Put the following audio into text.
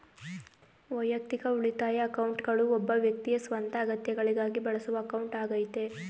ವೈಯಕ್ತಿಕ ಉಳಿತಾಯ ಅಕೌಂಟ್ಗಳು ಒಬ್ಬ ವ್ಯಕ್ತಿಯ ಸ್ವಂತ ಅಗತ್ಯಗಳಿಗಾಗಿ ಬಳಸುವ ಅಕೌಂಟ್ ಆಗೈತೆ